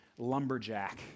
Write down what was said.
lumberjack